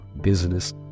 business